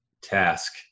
task